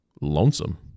lonesome